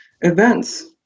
events